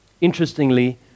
Interestingly